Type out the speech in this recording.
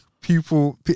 People